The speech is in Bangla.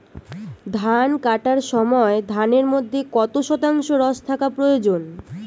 ধান কাটার সময় ধানের মধ্যে কত শতাংশ রস থাকা প্রয়োজন?